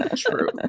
True